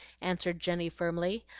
answered jenny, firmly.